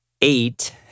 eight